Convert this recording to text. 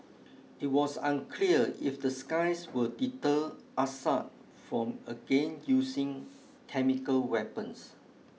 it was unclear if the skies will deter Assad from again using chemical weapons